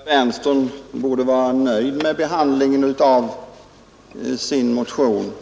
Herr talman! Jag tycker att herr Berndtson i Linköping borde vara nöjd med behandlingen av sin motion.